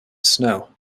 snow